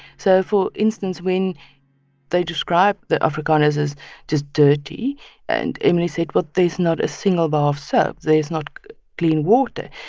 so for instance, when they describe the afrikaners as just dirty and emily said, well, there's not a single bar of soap. there's not clean water.